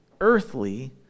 earthly